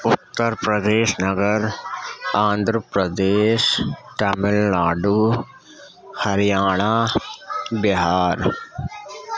اتر پردیش نگر آندھرا پردیش تامل ناڈو ہریانہ بہار